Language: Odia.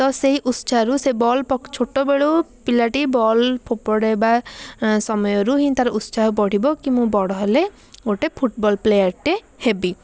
ତ ସେହି ଉତ୍ସାହରୁ ସେ ବଲ୍ ପକ ଛୋଟ ବେଳୁ ପିଲାଟି ବଲ ଫୋପାଡ଼ିବା ସମୟରୁ ହିଁ ତା'ର ଉତ୍ସାହ ବଢ଼ିବ କି ମୁଁ ବଡ଼ ହେଲେ ଗୋଟେ ଫୁଟବଲ୍ ପ୍ଲେୟର୍ଟେ ହେବି